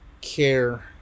care